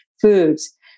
foods